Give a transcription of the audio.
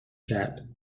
کرد